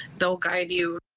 they'll guide you.